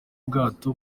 ubwato